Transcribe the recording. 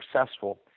successful